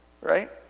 right